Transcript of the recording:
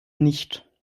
nicht